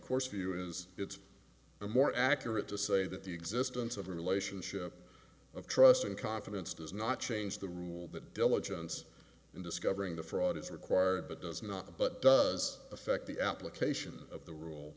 course of you is it's a more accurate to say that the existence of a relationship of trust and confidence does not change the rule that diligence in discovering the fraud is required but does not but does affect the application of the rule